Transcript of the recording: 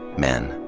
men.